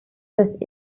earth